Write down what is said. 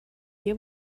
hier